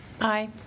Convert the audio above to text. Aye